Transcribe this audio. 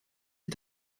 sie